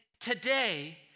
today